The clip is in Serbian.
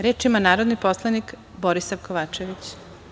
Reč ima narodni poslanik Borisav Kovačević.